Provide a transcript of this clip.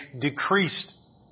decreased